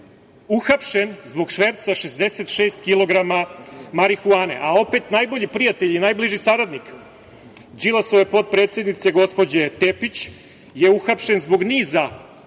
uhapšen zbog šverca 66 kg marihuane, a opet najbolji prijatelj i najbliži saradnik Đilasove potpredsednice, gospođe Tepić, je uhapšen zbog niza